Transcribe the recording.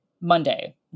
Monday